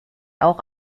auch